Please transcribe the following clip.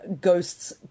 ghosts